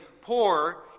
poor